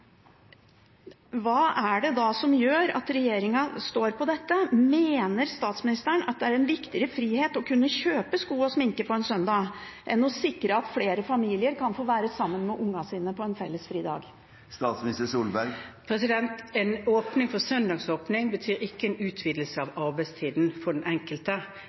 hva er det da som gjør at regjeringen står på dette? Mener statsministeren at det er en viktigere frihet å kunne kjøpe sko og sminke på en søndag enn å sikre at flere familier kan få være sammen med ungene sine på en felles fridag? En åpning for å ha søndagsåpent betyr ikke en utvidelse av arbeidstiden for den enkelte.